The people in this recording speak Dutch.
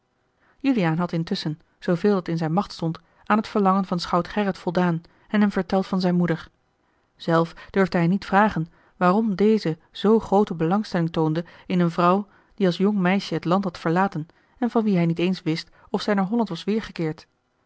juliaan had intusschen zooveel dat in zijne macht stond aan het verlangen van schout gerrit voldaan en hem verteld van zijne moeder zelf durfde hij niet vragen waarom deze zoo groote belangstelling toonde in eene vrouw die als jong meisje het land had verlaten en van wie hij niet eens wist of zij naar holland was